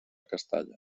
castalla